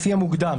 לפי המוקדם.